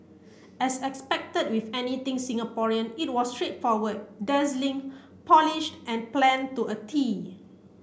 as expected with anything Singaporean it was straightforward dazzling polished and planned to a tee